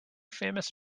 famous